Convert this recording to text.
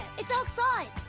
it's outside!